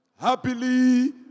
happily